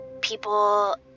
people